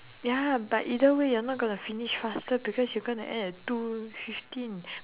ya but either way you're not gonna finish faster because you're gonna end at two fifteen